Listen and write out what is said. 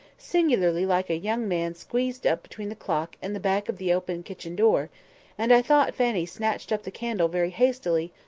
singularly like a young man squeezed up between the clock and the back of the open kitchen door and i thought fanny snatched up the candle very hastily,